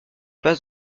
passe